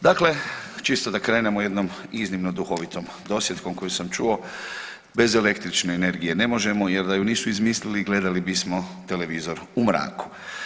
Dakle, čisto da krenem jednom iznimno duhovitom dosjetkom koju sam čuo, bez električne energije ne možemo jer da ju nisu izmislili gledali bismo televizor u mraku.